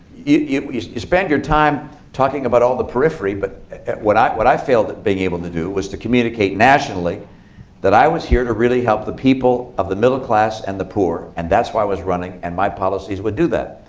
you you spend your time talking about all the periphery. but what i what i failed at being able to do was to communicate nationally that i was here to really help the people of the middle class and the poor. and that's why i was running. and my policies would do that.